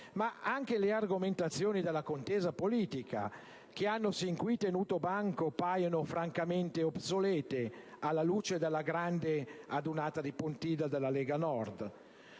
Ma anche le argomentazioni della contesa politica che hanno sin qui tenuto banco paiono francamente obsolete, alla luce della grande adunata di Pontida della Lega Nord.